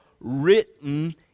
written